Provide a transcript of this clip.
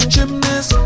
Gymnast